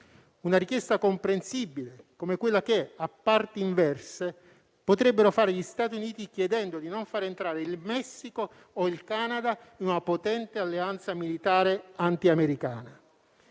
una richiesta comprensibile come quella che, a parti inverse, potrebbero fare gli Stati Uniti, chiedendo di non far entrare il Messico o il Canada in una potente alleanza militare antiamericana.